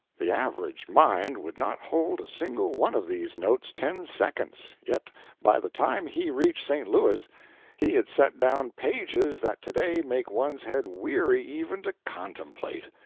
the average mind would not hold a single one of these notes ten seconds, yet by the time he reached st. louis he had set down pages that to-day make one's head weary even to contemplate.